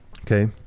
okay